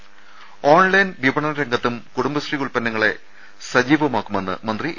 ദർശ്ശേര online വിപണനരംഗത്തും കുടുംബശ്രീ ഉത്പന്നങ്ങളെ സജീവ മാക്കുമെന്ന് മന്ത്രി എ